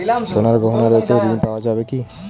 সোনার গহনা রেখে ঋণ পাওয়া যাবে কি?